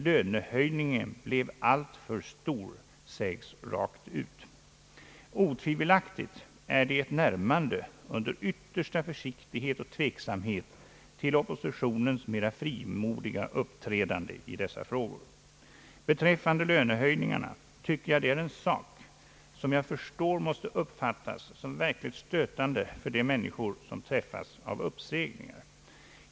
Lönehöjningen blev alltför stor, sägs rakt ut. Otvivelaktigt är det ett närmande under yttersta försiktighet och tveksamhet till oppositionens mera frimodiga uppträdande i dessa frågor. Beträffande lönehöjningarna är det en sak som jag förstår måste uppfattas som verkligt stötande för de människor som träffas av uppsägning.